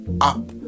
up